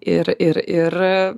ir ir ir